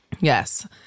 Yes